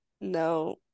no